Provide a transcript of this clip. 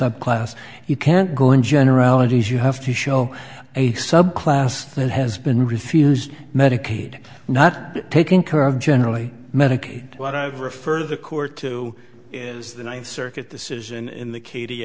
subclass you can't go in generalities you have to show a subclass that has been refused medicaid not taken care of generally medicaid what i've referred to the court to is the ninth circuit this is in the k